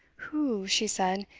who, she said,